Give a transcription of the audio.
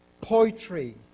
poetry